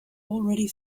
already